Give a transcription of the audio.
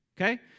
Okay